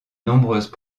nombreuses